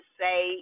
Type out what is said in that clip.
say